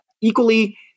equally